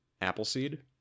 Appleseed